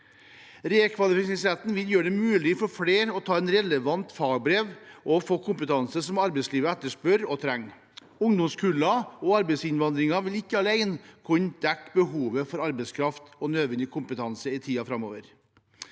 Rekvalifiseringsretten vil gjøre det mulig for flere å ta et relevant fagbrev og få kompetanse som arbeidslivet etterspør og trenger. Ungdomskullene og arbeidsinnvandringen vil ikke alene kunne dekke behovet for arbeidskraft og nødvendig kompetanse i tiden framover.